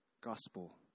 gospel